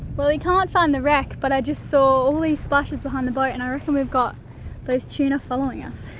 well he can't find the wreck but i just saw all these splashes behind the boat and i reckon we've got those tuna following us.